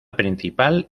principal